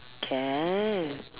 can